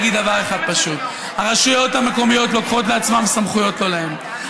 להגיד דבר אחד פשוט: הרשויות המקומיות לוקחות לעצמן סמכויות לא להן,